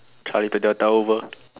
Charlie to delta over